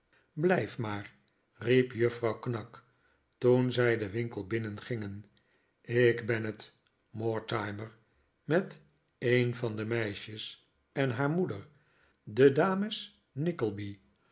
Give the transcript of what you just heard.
blijf maar riep juffrouw knag toen zij den winkel binnengingen ik ben het mortimer met een van de meisjes en haar moeder de dames